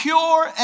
Pure